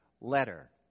letter